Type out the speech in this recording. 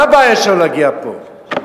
מה הבעיה שלו להגיע לפה?